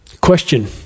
Question